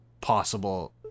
possible